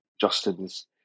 Justin's